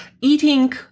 eating